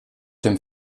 dem